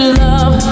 love